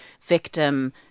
victim